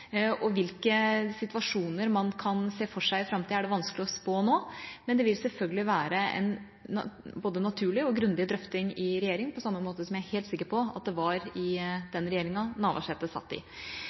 Hvilke situasjoner man kan se for seg i framtida, er det vanskelig å spå nå, men det vil selvfølgelig være en naturlig og grundig drøfting i regjeringa, på samme måte som jeg er helt sikker på at det var i